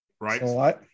Right